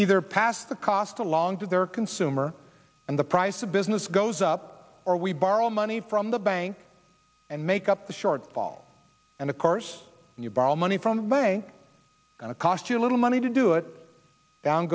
either pass the cost along to their consumer and the price of business goes up or we borrow money from the bank and make up the shortfall and of course you borrow money from the bank and it cost you a little money to do it down